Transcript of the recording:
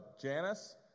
Janice